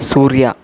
సూర్య